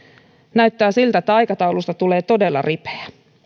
näyttää siltä että aikataulusta tulee todella ripeä